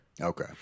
Okay